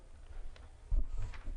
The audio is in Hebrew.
בבקשה.